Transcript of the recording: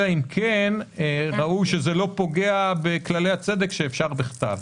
אלא אם כן ברור שזה לא פוגע בכללי הצדק שאפשר בכתב.